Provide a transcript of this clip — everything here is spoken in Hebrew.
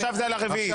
עכשיו על הרביעי.